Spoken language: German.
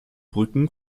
brücken